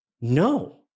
no